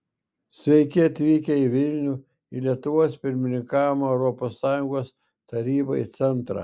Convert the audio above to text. sveiki atvykę į vilnių į lietuvos pirmininkavimo europos sąjungos tarybai centrą